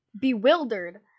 Bewildered